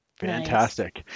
Fantastic